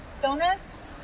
Donuts